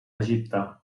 egipte